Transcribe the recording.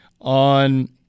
on